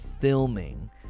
filming